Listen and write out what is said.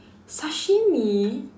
sashimi